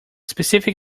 specific